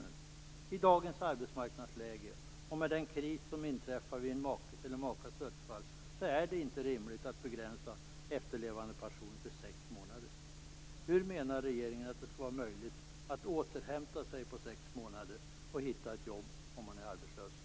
Med tanke på dagens arbetsmarknadsläge och den kris som inträffar vid en makes eller makas dödsfall är det inte rimligt att begränsa efterlevandepensionen till sex månader. Hur menar regeringen att det skall vara möjligt att återhämta sig på sex månader och att hitta ett jobb om man är arbetslös?